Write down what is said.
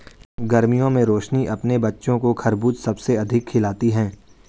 गर्मियों में रोशनी अपने बच्चों को खरबूज सबसे अधिक खिलाती हैं